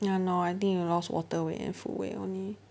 ya lor I think you lost water weight and food weight only